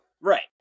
right